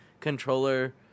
controller